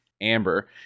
Amber